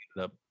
up